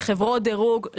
לחברות דירוג,